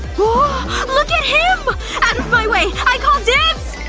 ohhhhh look at him! out of my way! i call dibs!